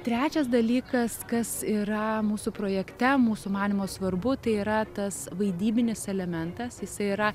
trečias dalykas kas yra mūsų projekte mūsų manymu svarbu tai yra tas vaidybinis elementas jisai yra